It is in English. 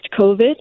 COVID